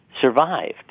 survived